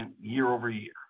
year-over-year